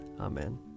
Amen